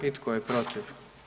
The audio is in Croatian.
I tko je protiv?